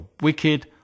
wicked